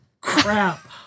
crap